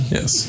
Yes